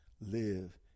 live